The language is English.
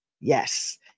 Yes